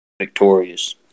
victorious